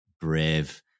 brave